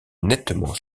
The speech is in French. nettement